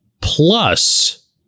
plus